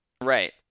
right